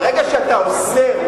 ברגע שאתה אוסר,